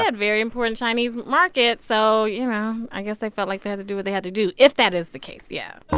very important chinese market. so, you know, i guess they felt like they had to do what they had to do if that is the case, yeah